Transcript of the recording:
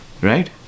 right